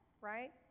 right